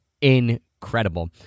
incredible